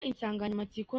insanganyamatsiko